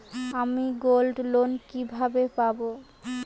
আমি গোল্ডলোন কিভাবে পাব?